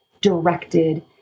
directed